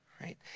right